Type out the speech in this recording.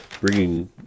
bringing